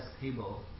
table